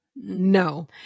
No